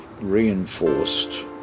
reinforced